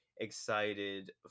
excited